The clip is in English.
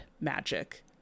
Magic